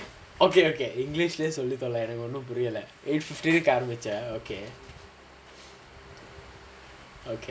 okay okay english லேயே சொல்லி தாடா எனக்கு ஒன்னும் புரியல:laeyae solli thaadaa enakku onnum puriyala eight fifteen ஆரம்பிச்ச:arambicha okay okay